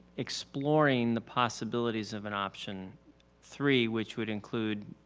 exploring the possibilities of an option three which would include,